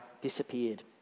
disappeared